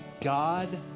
God